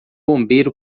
bombeiro